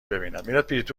ببیند